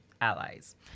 allies